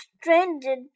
stranded